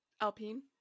Alpine